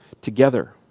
together